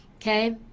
okay